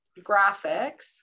graphics